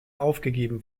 aufgegeben